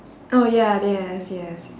oh ya yes yes